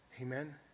Amen